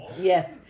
Yes